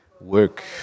work